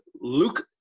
luke